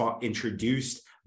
introduced